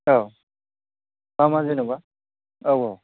औ मा मा जेनेबा औ औ